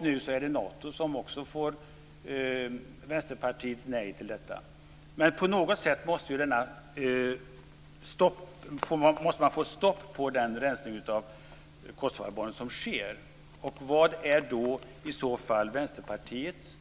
Nu säger Vänsterpartiet nej också till Nato. På något sätt måste man få stopp på den rensning av kosovoalbaner som sker. Vilka är Vänsterpartiets